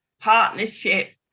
partnership